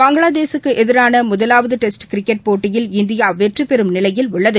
பங்ளாதேஷூக்கு எதிரான முதலாவது test cricket போட்டியில் இந்தியா வெற்றிபெறும் நிலையில் உள்ளது